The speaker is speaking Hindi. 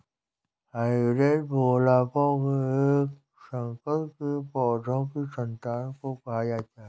हाइब्रिड गुलाबों के एक संकर के पौधों की संतान को कहा जाता है